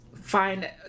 find